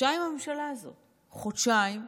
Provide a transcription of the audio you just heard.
הממשלה הזאת קיימת חודשיים,